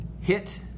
Hit